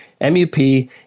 MUP